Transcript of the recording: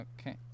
Okay